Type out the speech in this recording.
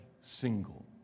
single